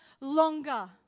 longer